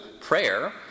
prayer